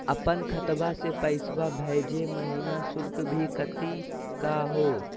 अपन खतवा से पैसवा भेजै महिना शुल्क भी कटतही का हो?